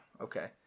Okay